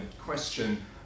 question